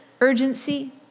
urgency